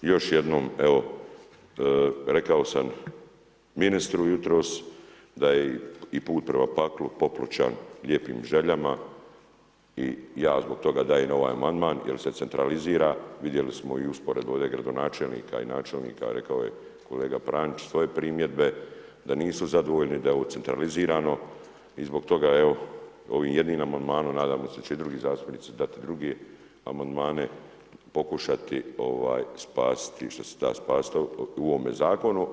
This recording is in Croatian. Još jednom evo, rekao sam ministru jutros da je i put prema paklu popločan lijepim željama i ja zbog toga dajem ovaj amandman jer se centralizira, vidjeli smo i usporedo ovdje gradonačelnika i načelnika, rekao je kolega Pranjić svoje primjedbe, da nisu zadovoljni, da je ovo centralizirano i zbog toga evo, ovim jednim amandmanom nadamo se da će i drugi zastupnici dati druge amandmane, pokušati spasiti što se da spasiti u ovome Zakonu.